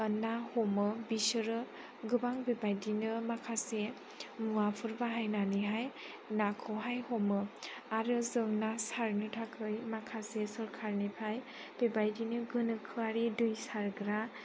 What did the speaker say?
ना हमो बिसोरो गोबां बेबायदिनो माखासे मुवाफोर बाहायनानैहाय नाखौहाय हमो आरो जों ना सारनो थाखाय माखासे सरखारनिफ्राय बेबायदिनो गोनोखोआरि दै सारग्रा